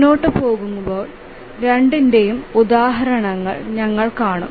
മുന്നോട്ട് പോകുമ്പോൾ രണ്ടിന്റെയും ഉദാഹരണങ്ങൾ ഞങ്ങൾ കാണും